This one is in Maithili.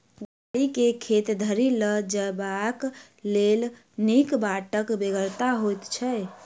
गाड़ी के खेत धरि ल जयबाक लेल नीक बाटक बेगरता होइत छै